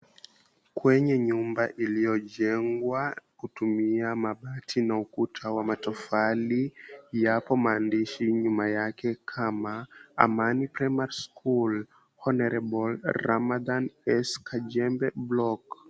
Kwenye nyumba iliyojengwa kutumia mabati na ukuta wa matofali, yapo maandishi nyuma yake kama, Amani Primary School, Honorable Ramadhan S. Kajembe Block.